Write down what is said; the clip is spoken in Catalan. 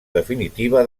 definitiva